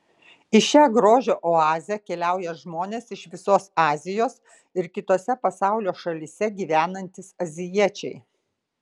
į šią grožio oazę keliauja žmonės iš visos azijos ir kitose pasaulio šalyse gyvenantys azijiečiai